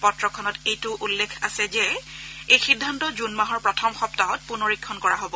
পত্ৰখনত এইটোও উল্লেখ আছে যে এই সিদ্ধান্ত জুন মাহৰ প্ৰথম সপ্তাহত পুনৰীক্ষণ কৰা হ'ব